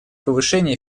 повышения